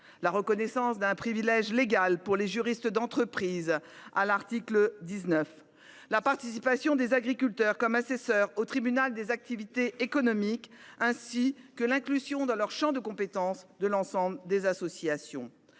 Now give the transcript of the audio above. la reconnaissance d’un privilège légal pour les juristes d’entreprise à l’article 19, la participation des agriculteurs comme assesseurs au tribunal des activités économiques (TAE), l’inclusion dans le champ de compétence de ceux-ci de l’ensemble des associations